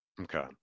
Okay